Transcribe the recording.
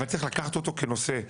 אבל צריך לקחת אותו כנושא רוחבי,